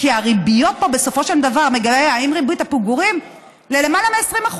כי הריביות פה בסופו של דבר מגיעות עם ריבית הפיגורים ללמעלה מ-20%.